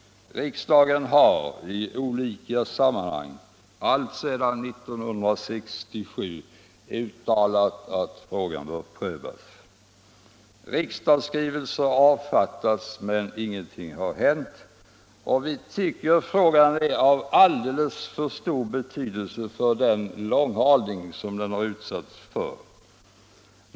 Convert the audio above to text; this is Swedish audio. Riksdagen har i olika sammanhang alltsedan 1967 uttalat att frågan bör prövas. Riksdagsskrivelser har avfattats, men ingenting har hänt. Vi tycker att frågan är av alldeles för stor betydelse för att utsättas för en sådan långhalning.